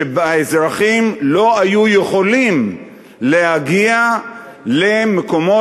שהאזרחים לא היו יכולים להגיע למקומות